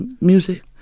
Music